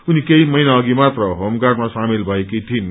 उनी केही महिना अघि मात्र होमगार्डमा सामेल भएकी थिइन्